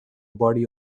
body